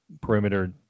perimeter